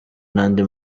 n’andi